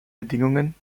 bedingungen